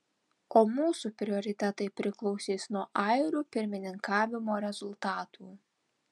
o mūsų prioritetai priklausys nuo airių pirmininkavimo rezultatų